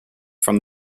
from